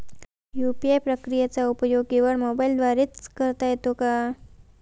UPI प्रक्रियेचा उपयोग केवळ मोबाईलद्वारे च करता येतो का?